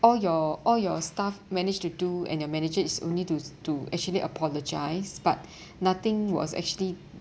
all your all your staff manage to do and your manager is only to to actually apologise but nothing was actually